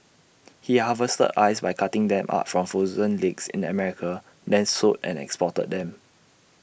he harvested ice by cutting them up from frozen lakes in America then sold and exported them